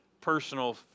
personal